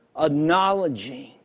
acknowledging